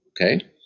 Okay